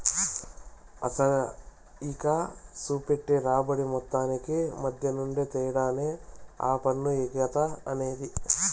అసలుకి, సూపెట్టే రాబడి మొత్తానికి మద్దెనుండే తేడానే ఈ పన్ను ఎగేత అనేది